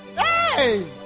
Hey